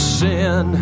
sin